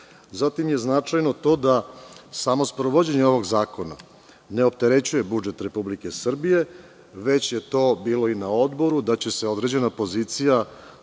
primerene. Značajno je to da samo sprovođenje ovog zakona ne opterećuje budžet Republike Srbije. To je već bilo i na odboru, da će se određena pozicija